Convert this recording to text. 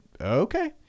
okay